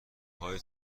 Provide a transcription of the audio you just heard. های